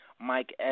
Mike